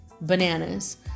bananas